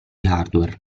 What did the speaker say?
hardware